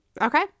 Okay